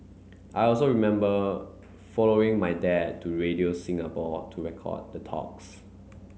I also remember following my dad to Radio Singapore to record the talks